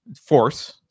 force